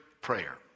prayer